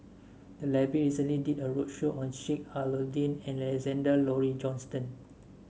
the library recently did a roadshow on Sheik Alau'ddin and Alexander Laurie Johnston